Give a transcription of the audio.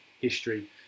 history